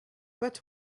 but